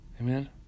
Amen